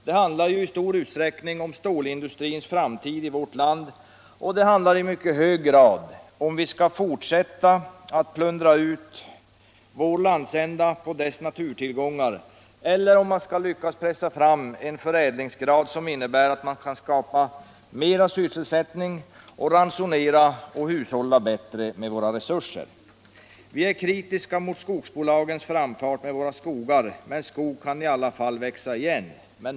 Här handlar det i stor utsträckning om stålindustrins framtid i vårt land, och det handlar i mycket hög grad om huruvida vi skall fortsätta att utplundra vår landsända på dess naturtillgångar eller om vi skall lyckas pressa fram en förädlingsgrad som innebär att vi kan skapa mera sysselsättning samtidigt som vi ransonerar och hushållar bättre med våra resurser. Vi är kritiska mot skogsbolagens framfart med våra skogar, men skog kan i alla fall växa upp igen.